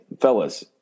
fellas